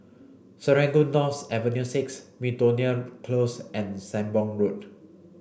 Serangoon North Avenue six Miltonia Close and Sembong Road